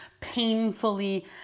painfully